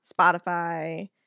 Spotify